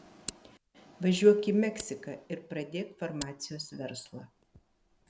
važiuok į meksiką ir pradėk farmacijos verslą